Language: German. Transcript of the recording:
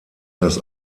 das